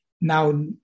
now